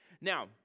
Now